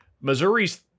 Missouri's